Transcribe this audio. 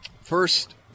first